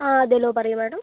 ആ അതേലോ പറയൂ മാഡം